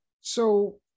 So-